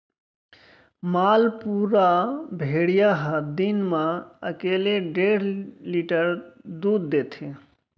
मालपुरा भेड़िया ह दिन म एकले डेढ़ लीटर दूद देथे